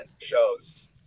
shows